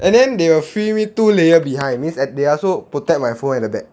and then they will free me two layer behind means at they also protect my phone at the back